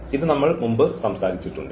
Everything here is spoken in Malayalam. ഇത് നമ്മൾ മുമ്പ് സംസാരിച്ചിട്ടുണ്ട്